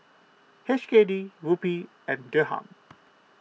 H K D Rupee and Dirham